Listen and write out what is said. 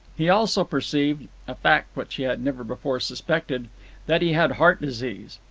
he also perceived a fact which he had never before suspected that he had heart-disease.